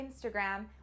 Instagram